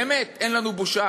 באמת, אין לנו בושה?